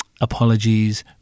Apologies